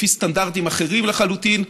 לפי סטנדרטים אחרים לחלוטין.